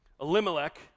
Elimelech